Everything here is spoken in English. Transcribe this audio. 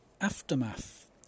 aftermath